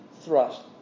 thrust